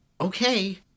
Okay